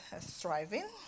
thriving